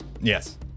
yes